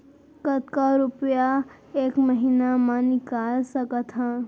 कतका रुपिया एक महीना म निकाल सकथव?